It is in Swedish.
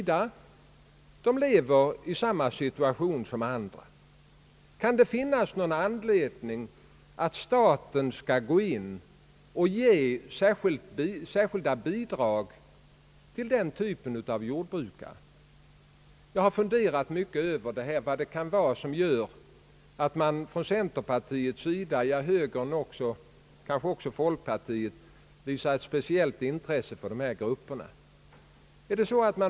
De lever i samma situation som andra. Kan det finnas någon anledning att staten skall ge särskilda bidrag till denna typ av jordbrukare? Jag har funderat mycket över vad det är som gör att centerpartiet — kanske också högern och folkpartiet — visar ett speciellt intresse för denna grupp.